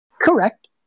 Correct